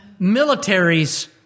militaries